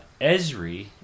Esri